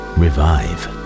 revive